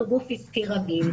זה גוף עסקי רגיל.